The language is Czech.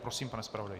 Prosím, pane zpravodaji.